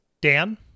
Dan